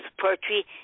poetry